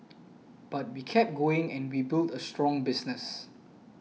but we kept going and we built a strong business